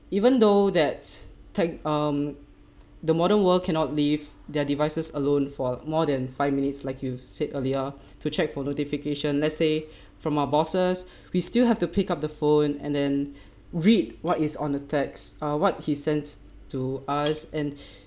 even though that tech um the modern world cannot leave their devices alone for more than five minutes like you've said earlier to check for notification let's say from my bosses we still have to pick up the phone and then read what is on the text uh what he sent to us and